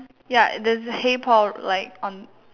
ya there's a hey Paul like on